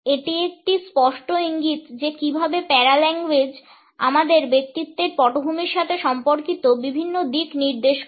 এটি একটি স্পষ্ট ইঙ্গিত যে কীভাবে প্যারাভাষা আমাদের ব্যক্তিত্বের পটভূমির সাথে সম্পর্কিত বিভিন্ন দিক নির্দেশ করে